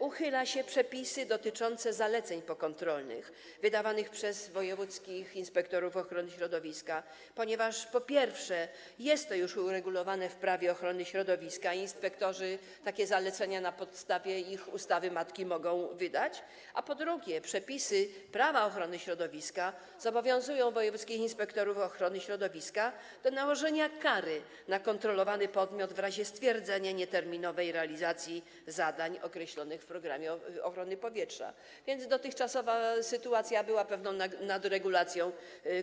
Uchyla się przepisy dotyczące zaleceń pokontrolnych wydawanych przez wojewódzkich inspektorów ochrony środowiska, ponieważ, po pierwsze, jest to już uregulowane w Prawie ochrony środowiska - inspektorzy takie zalecenia na podstawie ustawy matki mogą wydać - a po drugie, przepisy Prawa ochrony środowiska zobowiązują wojewódzkich inspektorów ochrony środowiska do nałożenia kary na kontrolowany podmiot w razie stwierdzenia nieterminowej realizacji zadań określonych w programie ochrony powietrza, więc dotychczasowa sytuacja była pewną nadregulacją,